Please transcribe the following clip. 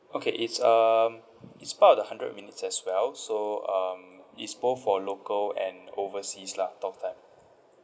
okay it's um it's part of the hundred minutes as well so um it's both for local and overseas lah talk time